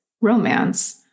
romance